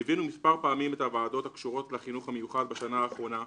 ליווינו מספר פעמים את הוועדות הקשורות לחינוך המיוחד בשנה האחרונה.